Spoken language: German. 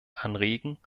anregen